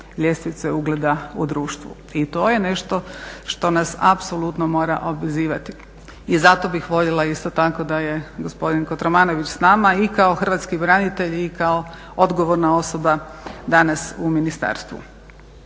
ljestvice ugleda u društvu i to je nešto što nas apsolutno mora obvezivati. I zato bih voljela isto tako da je gospodin Kotromanović s nama, i kao hrvatski branitelj i kao odgovorna osoba danas u ministarstvu.